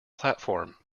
platform